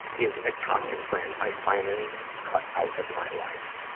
is a toxic friend i finally cut out of my life.